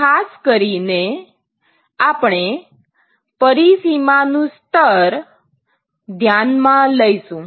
ખાસ કરીને આપણે પરિસીમા નું સ્તર ધ્યાનમાં લઇશું